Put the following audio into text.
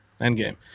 endgame